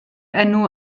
enw